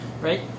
Right